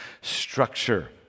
Structure